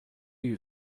you